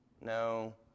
No